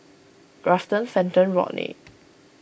Grafton Fenton Rodney